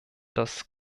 das